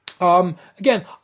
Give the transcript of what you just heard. Again